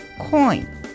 Coin